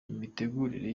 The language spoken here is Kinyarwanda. imitegurire